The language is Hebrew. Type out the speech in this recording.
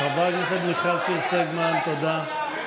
חברת הכנסת מיכל שיר סגמן, תודה.